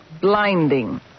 Blinding